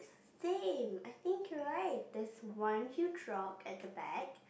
same I think you are right there's one huge rock at the back